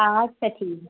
আচ্ছা ঠিক আ